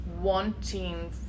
wanting